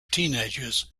teenagers